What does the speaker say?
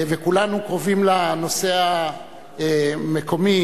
וכולנו קרובים לנושא המקומי,